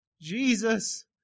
Jesus